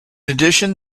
addition